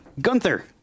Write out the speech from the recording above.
Gunther